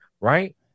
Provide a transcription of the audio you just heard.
right